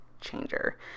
changer